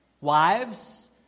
Wives